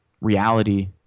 reality